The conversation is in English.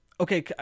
Okay